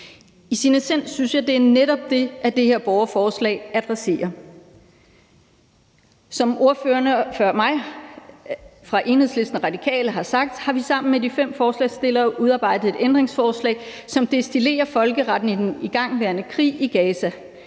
I sin essens synes jeg det netop er det, som det her borgerforslag adresserer. Som ordførerne for Enhedslisten og Radikale før mig har sagt, har vi sammen med de fem forslagsstillere udarbejdet et ændringsforslag, som destillerer folkeretten i den igangværende krig i Gaza,